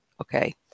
okay